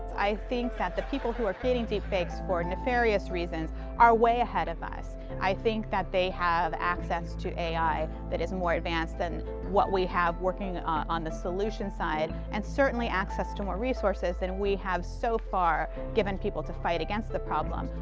i think that the people who are creating deepfakes for nefarious reasons are way ahead of us. i think that they have access to a i. that is more advanced than what we have working on the solution side and certainly access to more resources than and we have so far given people to fight against the problem.